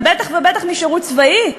ובטח ובטח משירות צבאי?